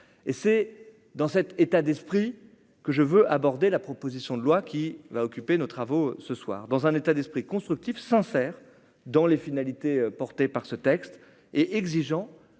et c'est dans cet état d'esprit que je veux aborder la proposition de loi qui va occuper nos travaux ce soir dans un état d'esprit constructif sincère dans les finalités portées par ce texte et exigeant